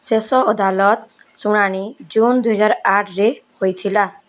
ଶେଷ ଅଦାଲତ ଶୁଣାଣି ଜୁନ ଦୁଇହଜାର ଆଠରେ ହୋଇଥିଲା